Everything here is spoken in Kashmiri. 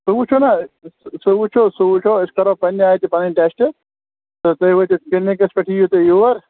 سُہ وُچھو نا سُہ وُچھو سُہ وُچھو أسۍ کَرو پنٕنہِ آیہِ تہِ پنٕنۍ ٹٮ۪سٹہٕ تہٕ تُہۍ وٲتِو کِلنِکَس پٮ۪ٹھ یِیِو تُہۍ یور